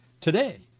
today